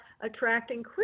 attracting